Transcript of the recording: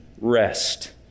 rest